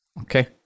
okay